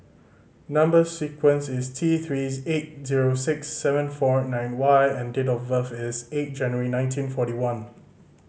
number sequence is T Three eight zero six seven four nine Y and date of birth is eight January nineteen forty one